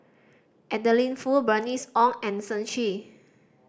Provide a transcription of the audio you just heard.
Adeline Foo Bernice Ong and Shen Xi